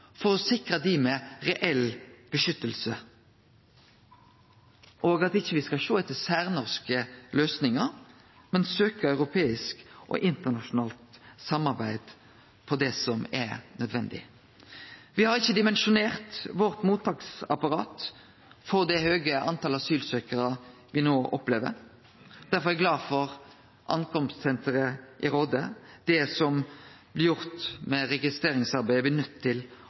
for å sikre dei med reell beskyttelse, og at me ikkje skal sjå etter særnorske løysingar, men søkje europeisk og internasjonalt samarbeid om det som er nødvendig. Me har ikkje dimensjonert vårt mottaksapparat for det høge talet asylsøkjarar me no opplever. Derfor er eg glad for innkomstsenteret i Råde. Det som blir gjort med registreringsarbeidet, blir me nøydde til